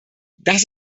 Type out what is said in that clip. das